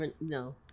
No